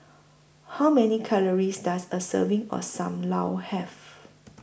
How Many Calories Does A Serving of SAM Lau Have